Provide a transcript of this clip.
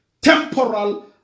temporal